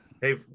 Hey